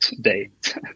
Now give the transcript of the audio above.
date